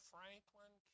Franklin